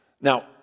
Now